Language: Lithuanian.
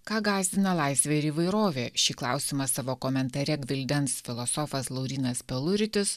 ką gąsdina laisvė ir įvairovė šį klausimą savo komentare gvildens filosofas laurynas peluritis